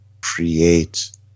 create